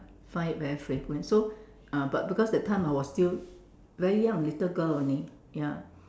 find it very fragrant so uh but because that time I was still very young little girl only ya